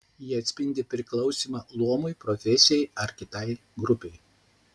jie atspindi priklausymą luomui profesijai ar kitai grupei